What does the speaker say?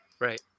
Right